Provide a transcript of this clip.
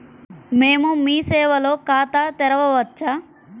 మేము మీ సేవలో ఖాతా తెరవవచ్చా?